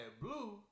Blue